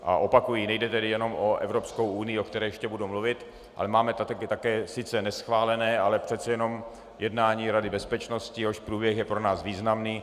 A opakuji, nejde tedy jenom o Evropskou unii, o které ještě budu mluvit, ale máme také sice neschválené, ale přece jenom jednání Rady bezpečnosti, jehož průběh je pro nás významný.